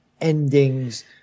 endings